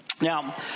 Now